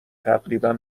تقریبا